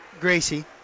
Gracie